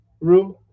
room